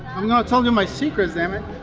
i'm not telling my secrets, am and